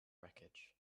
wreckage